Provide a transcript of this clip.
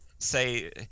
Say